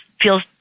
feels